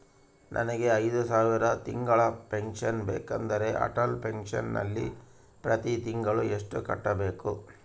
ನನಗೆ ಐದು ಸಾವಿರ ತಿಂಗಳ ಪೆನ್ಶನ್ ಬೇಕಾದರೆ ಅಟಲ್ ಪೆನ್ಶನ್ ನಲ್ಲಿ ಪ್ರತಿ ತಿಂಗಳು ಎಷ್ಟು ಕಟ್ಟಬೇಕು?